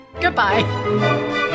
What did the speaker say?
Goodbye